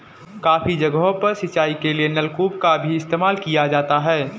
काफी जगहों पर सिंचाई के लिए नलकूप का भी इस्तेमाल किया जाता है